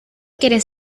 quiere